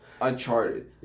Uncharted